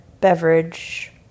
beverage